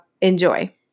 Enjoy